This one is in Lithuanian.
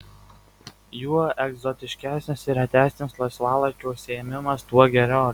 juo egzotiškesnis ir retesnis laisvalaikio užsiėmimas tuo geriau